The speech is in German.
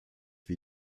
wie